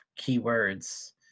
keywords